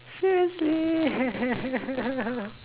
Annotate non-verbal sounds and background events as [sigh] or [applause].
seriously [laughs]